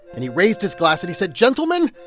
and he raised his glass. and he said, gentlemen,